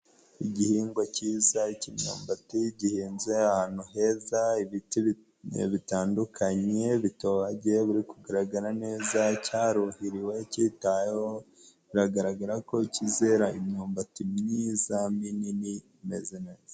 Igihingwa kiza k'imyumbati gihinze ahantu heza. Ibiti bitandukanye bitohagiye biri kugaragara neza. Cyaruhiwe, kitaweho biragaragara ko kizera imyumbati myiza, minini imeze neza.